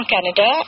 Canada